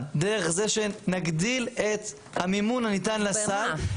דרך זה שנגדיל את המימון הניתן לסל,